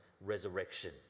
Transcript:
resurrection